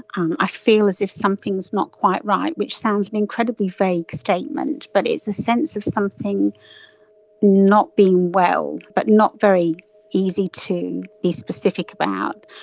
um i feel as if something is not quite right, which sounds an incredibly vague statement but it's a sense of something not being well, but not very easy to be specific about.